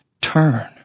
turn